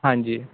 ਹਾਂਜੀ